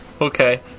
Okay